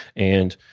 and